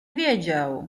wiedział